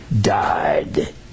died